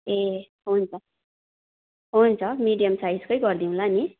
ए हुन्छ हुन्छ मिडियम साइजकै गरिदिउँला नि